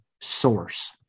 source